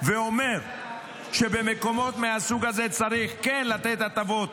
ואומר שבמקומות מהסוג הזה צריך כן לתת הטבות